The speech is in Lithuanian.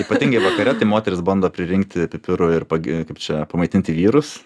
ypatingai vakare tai moteris bando pririnkti pipirų ir pagi kaip čia pamaitinti vyrus